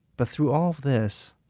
but through all this,